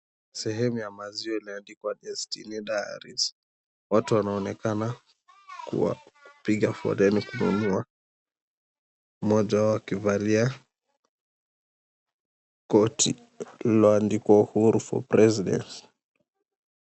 Sehemu ya maziwa iliyoandikwa, Destiny Dairies. Watu wanaonekana kuwa kukupiga foleni kununua. Mmoja wao akivalia koti lilioandikwa, Uhuru for President.